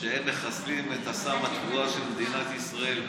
שהם מחסלים את אסם התבואה של מדינת ישראל פה,